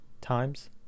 times